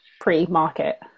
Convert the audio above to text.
pre-market